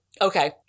okay